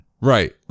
Right